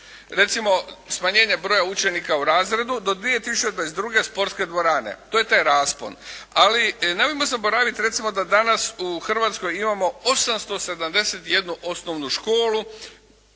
recimo smanjenje broja učenika u razredu do 2022. sportske dvorane. To je taj raspon. Ali nemojmo zaboraviti recimo da danas u Hrvatskoj imamo 871 osnovnu školu